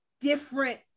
different